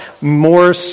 more